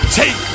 take